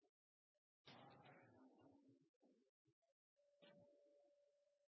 sa på